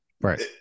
right